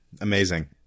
Amazing